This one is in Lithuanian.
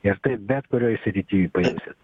ir tai bet kurioj srity paimsit